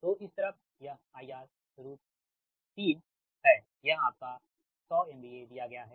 तो इस तरफ यह IR 3 हैं यह आपका है 100 MVA दिया गया है